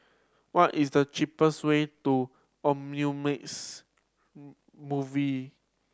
what is the cheapest way to Omnimax Movie